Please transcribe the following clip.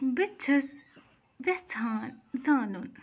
بہٕ چھُس یَژھان زانُن